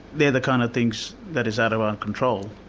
they're the kind of things that is out of our control.